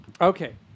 Okay